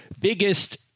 biggest